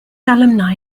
alumni